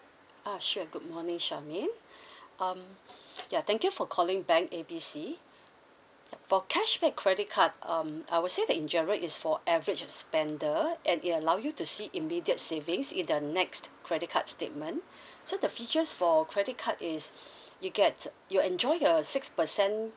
uh sure good morning charmaine um ya thank you for calling bank A B C for cashback credit card um I would say that in general is for average spender and it allow you to see immediate savings in the next credit card statement so the features for credit card is you get you enjoy a six percent